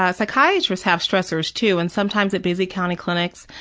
ah psychiatrist have stressors too, and sometimes at busy county clinics,